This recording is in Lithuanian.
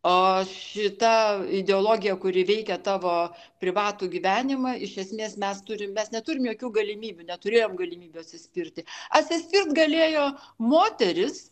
o šita ideologija kuri veikia tavo privatų gyvenimą iš esmės mes turim mes neturim jokių galimybių neturėjom galimybių atsispirti atsispirt galėjo moterys